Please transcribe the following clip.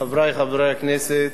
חברי חברי הכנסת,